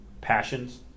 Passions